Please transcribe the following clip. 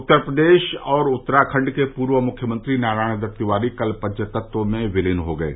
उत्तर प्रदेश और उत्तराखण्ड के पूर्व मुख्यमंत्री नारायण दत्त तिवारी कल पंचतत्व में विलीन हो गये